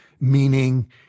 meaning